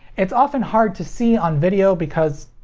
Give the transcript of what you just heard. it's often hard to see on video because.